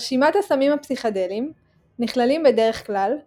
ברשימת הסמים הפסיכדליים נכללים בדרך כלל מסקלין,